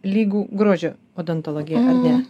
lygų grožio odontologija ar ne